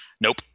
Nope